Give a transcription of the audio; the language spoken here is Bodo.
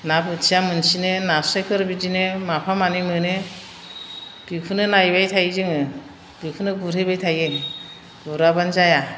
ना बोथिया मोनसिनो नास्रायफोर बिदिनो माफा मानै मोनो बेखौनो लायबाय थायो जोङो बेखौनो गुरहैबाय थायो गुराब्लानो जाया